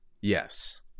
Yes